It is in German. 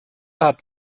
hat